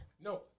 No